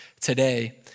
today